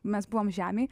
mes buvom žemėj